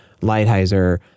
Lighthizer